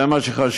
זה מה שחשוב.